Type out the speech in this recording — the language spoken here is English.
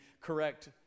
correct